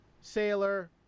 Sailor